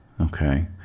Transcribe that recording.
Okay